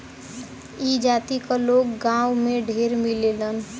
ई जाति क लोग गांव में ढेर मिलेलन